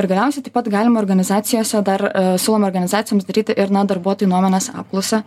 ir galiausiai taip pat galima organizacijose dar siūlom organizacijoms daryti ir na darbuotojų nuomonės apklausą